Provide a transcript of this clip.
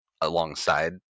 alongside